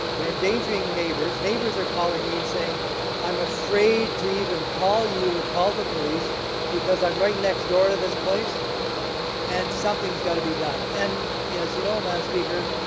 we're endangering neighbors. neighbors are calling me and saying i'm afraid to even call you or call the police because i'm right next door to this place and something has got to be done. and yeah as you know, madame speaker,